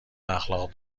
اخلاق